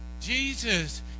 Jesus